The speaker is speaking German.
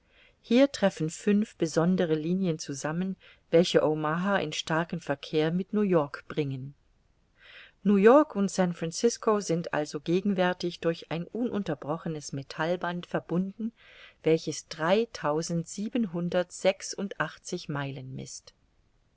hier treffen fünf besondere linien zusammen welche omaha in starken verkehr mit new-york bringen new-york und san francisco sind also gegenwärtig durch ein ununterbrochenes metallband verbunden welches dreitausendsiebenhundertsechsundachtzig meilen mißt